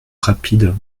rapide